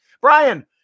Brian